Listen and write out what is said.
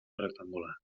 rectangular